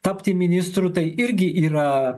tapti ministru tai irgi yra